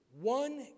one